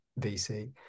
vc